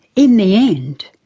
in the end,